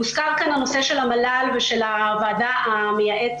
הוזכר כאן הנושא של המל"ל ושל הוועדה המייעצת